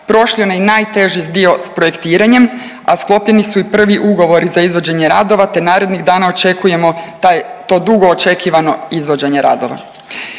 prošli onaj najteži dio s projektiranjem, a sklopljeni su i prvi ugovori za izvođenje radova te narednih dana očekujemo to dugo očekivano izvođenje radova.